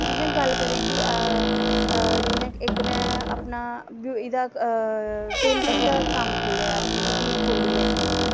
जि'यां गल्ल करै कि जि'यां इक नै एह्दा टेलरिंग दा कम्म खोलेआ ऐ बूटीक खोह्ली ऐ